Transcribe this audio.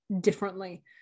differently